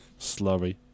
Slurry